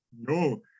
no